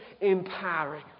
empowering